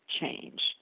change